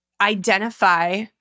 identify